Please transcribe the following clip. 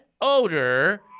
odor